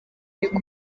ariko